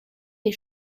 des